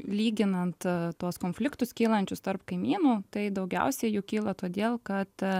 lyginant tuos konfliktus kylančius tarp kaimynų tai daugiausiai jų kyla todėl kad